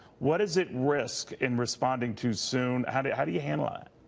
what is at risk in responding too soon? how do how do you handle ah